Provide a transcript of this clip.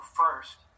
first